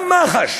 גם מח"ש